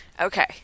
Okay